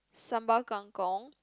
sambal kang-kong